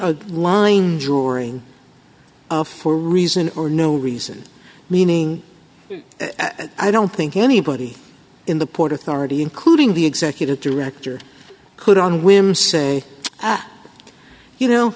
a line drawing of a reason or no reason meaning i don't think anybody in the port authority including the executive director could on women say you know